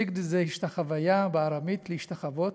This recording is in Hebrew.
סיגד זה השתחוויה, בארמית להשתחוות.